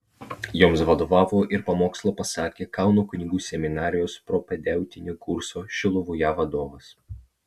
joms vadovavo ir pamokslą pasakė kauno kunigų seminarijos propedeutinio kurso šiluvoje vadovas